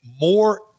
more